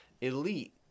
elite